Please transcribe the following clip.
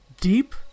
deep